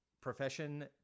profession